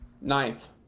Ninth